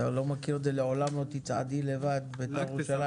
לא מכיר את לעולם לא תצעדי לבד בית"ר ירושלים?